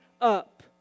up